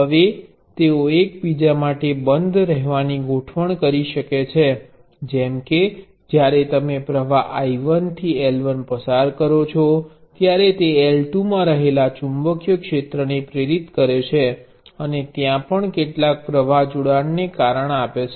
હવે તેઓ એક બીજા માટે બંધ રહેવાની ગોઠવણ કરી શકે છે જેમ કે જ્યારે તમે પ્રવાહ I1 થી L1 પસાર કરો છો ત્યારે તે L2 માં રહેલા ચુંબકીય ક્ષેત્રને પ્રેરિત કરે છે અને ત્યાં પણ કેટલાક પ્રવાહ જોડાણને કારણ આપે છે